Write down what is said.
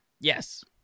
Yes